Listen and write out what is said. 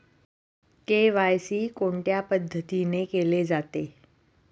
KYC कोणत्या पद्धतीने केले जाते?